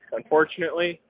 unfortunately